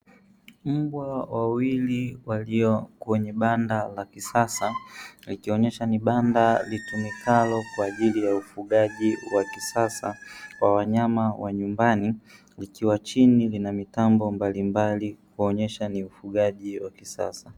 Mbwa wawili walio kwenye banda la kisasa, likionyesha ni banda litumikalo kwa ajili ya ufugaji wa kisasa wa wanyama wa nyumbani, ikiwa chini lina mitambo mbalimbali kuonyesha ni ufugaji wa kisasa.